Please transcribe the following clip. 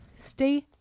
Stay